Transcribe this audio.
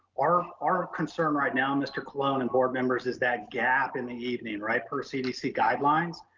our our concern right now, mr. colon and board members is that gap in the evening, right. per cdc guidelines,